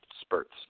spurts